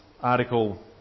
article